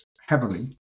heavily